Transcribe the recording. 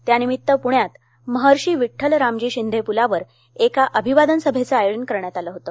त्यानिमित्त पुण्यात महर्षी विठ्ठल रामजी शिंदे पुलावर एका अभिवादन सभेचं आयोजन करण्यात आलं होत